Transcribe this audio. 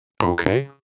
Okay